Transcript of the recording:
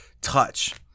touch